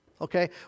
Okay